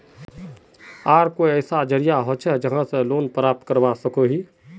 आर कोई ऐसा जरिया होचे जहा से लोन प्राप्त करवा सकोहो ही?